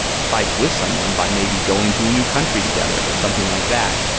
spikes with someone by maybe going to a new country together or something like that,